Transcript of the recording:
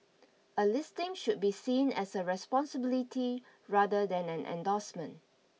a listing should be seen as a responsibility rather than an endorsement